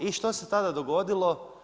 I što se tada dogodilo?